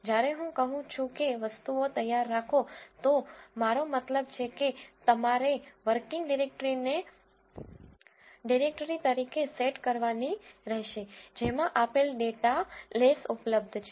જ્યારે હું કહું છું કે વસ્તુઓ તૈયાર રાખોતો મારો મતલબ છે કે તમારે વર્કિંગ ડિરેક્ટરીને ડિરેક્ટરી તરીકે સેટ કરવાની રહેશે જેમાં આપેલ ડેટા લેસ ઉપલબ્ધ છે